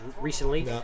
recently